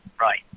Right